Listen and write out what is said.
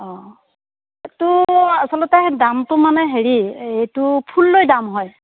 অঁ এইটো আচলতে দামটো মানে হেৰি এইটো ফুল লৈ দাম হয়